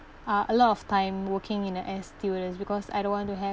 uh a lot of time working in an air stewardess because I don't want to have